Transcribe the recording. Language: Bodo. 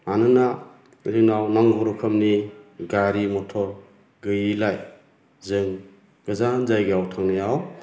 मानोना जोंनाव नांगौ रोखोमनि गारि मटर गैयैलाय जों गोजान जायगायाव थांनायाव